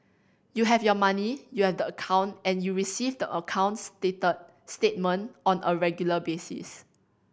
you have your money you have the account and you receive the account statement on a regular basis